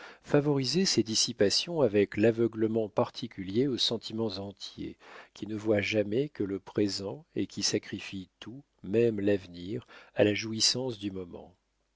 favorisait ses dissipations avec l'aveuglement particulier aux sentiments entiers qui ne voient jamais que le présent et qui sacrifient tout même l'avenir à la jouissance du moment